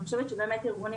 ארגונים